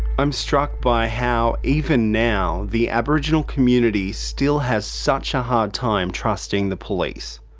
i'm struck by how, even now, the aboriginal community still has such a hard time trusting the police.